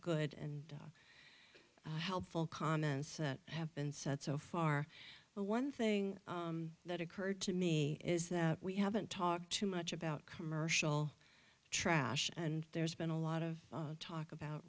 good and helpful comments that have been said so far but one thing that occurred to me is that we haven't talked too much about commercial trash and there's been a lot of talk about